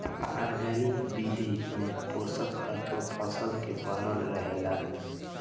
organic विधि में पोषक तत्व फसल के बनल रहेला